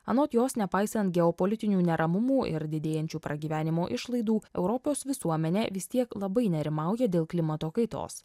anot jos nepaisant geopolitinių neramumų ir didėjančių pragyvenimo išlaidų europos visuomenė vis tiek labai nerimauja dėl klimato kaitos